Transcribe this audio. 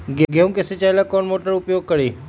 गेंहू के सिंचाई ला कौन मोटर उपयोग करी?